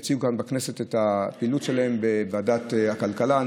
הם יציגו בכנסת וועדת הכלכלה את הפעילות שלהם.